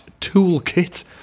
toolkit